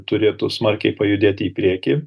turėtų smarkiai pajudėti į priekį